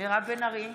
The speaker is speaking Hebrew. מירב בן ארי,